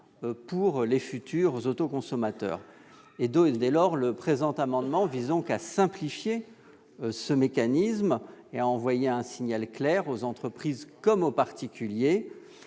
pour les futurs autoconsommateurs. Le présent amendement vise à simplifier ce mécanisme et à envoyer un signal clair aux entreprises comme aux particuliers,